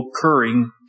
occurring